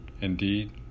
Indeed